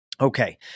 Okay